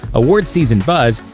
awards season buzz,